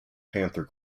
panther